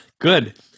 Good